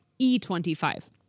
e25